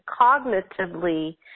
cognitively